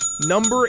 Number